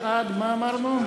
מה אמרנו?